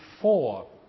four